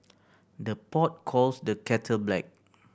the pot calls the kettle black